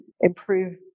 improve